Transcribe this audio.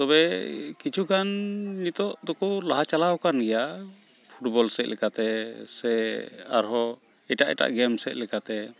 ᱛᱚᱵᱮ ᱠᱤᱪᱷᱩᱜᱟᱱ ᱱᱤᱛᱚᱜᱫᱚᱠᱚ ᱞᱟᱦᱟ ᱪᱟᱞᱟᱣᱟᱠᱟᱱ ᱜᱮᱭᱟ ᱯᱷᱩᱴᱵᱚᱞ ᱥᱮᱫ ᱞᱮᱠᱟᱛᱮ ᱥᱮ ᱟᱨᱦᱚᱸ ᱮᱴᱟᱜᱼᱮᱴᱟᱜ ᱜᱮᱢ ᱥᱮᱫ ᱞᱮᱠᱟᱛᱮ